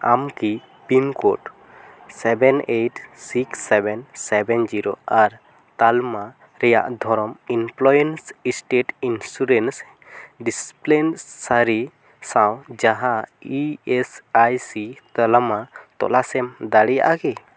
ᱟᱢ ᱠᱤ pin code seven eight six seven seven zero ᱟᱨ ᱛᱟᱞᱢᱟ ᱨᱮᱭᱟᱜ ᱫᱷᱚᱨᱚᱱ ᱤᱱᱯᱞᱚᱭᱮᱱᱥ ᱥᱴᱮᱴ ᱤᱱᱥᱩᱨᱮᱱᱥ ᱰᱤᱥᱯᱞᱮᱱᱥᱟᱨᱤ ᱥᱟᱶ ᱡᱟᱦᱟᱸ ᱤ ᱮᱥ ᱟᱭ ᱥᱤ ᱛᱟᱞᱟᱢᱟ ᱛᱚᱞᱟᱥᱮᱢ ᱫᱟᱲᱮᱭᱟᱜᱼᱟ ᱠᱤ